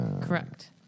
Correct